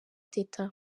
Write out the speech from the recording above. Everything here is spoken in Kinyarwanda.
teta